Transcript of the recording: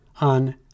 on